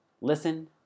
listen